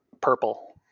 Purple